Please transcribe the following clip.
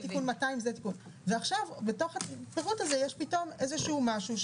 עכשיו בפירוט הזה יש משהו,